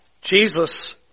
Jesus